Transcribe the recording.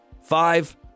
Five